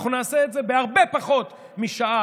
אנחנו נעשה את זה בהרבה פחות משעה,